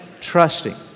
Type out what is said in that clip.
trusting